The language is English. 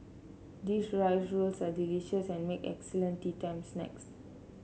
these rice rolls are delicious and make excellent teatime snacks